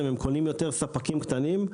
אם קונים יותר ספקים קטנים,